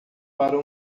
para